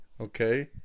Okay